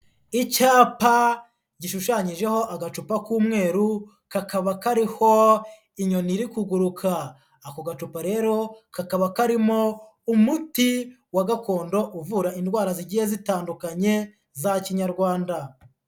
Icyapa gishushanyijeho agacupa k'umweru, kakaba kariho inyoni iri kuguruka, ako gacupa rero kakaba karimo umuti wa gakondo uvura indwara zigiye zitandukanye za kinyarwanda.